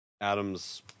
Adam's